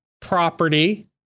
property